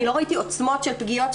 לא ראיתי עוצמות של פגיעות,